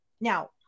now